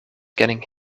getting